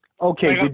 Okay